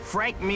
Frank